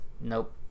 nope